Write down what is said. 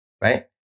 right